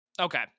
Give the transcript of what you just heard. Okay